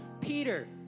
Peter